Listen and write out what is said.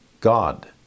God